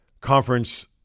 conference